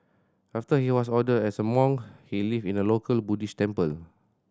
after he was ordained as a monk he lived in a local Buddhist temple